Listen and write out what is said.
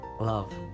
love